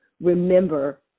remember